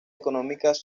económicas